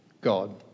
God